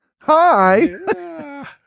hi